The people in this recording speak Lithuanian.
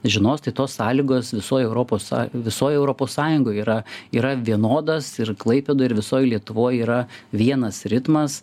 žinos tai tos sąlygos visoj europos są visoj europos sąjungoj yra yra vienodas ir klaipėdoje ir visoj lietuvoj yra vienas ritmas